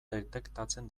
detektatzen